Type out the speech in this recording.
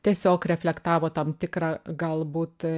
tiesiog reflektavo tam tikrą galbūt